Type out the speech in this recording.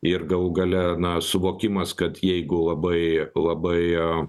ir galų gale na suvokimas kad jeigu labai labai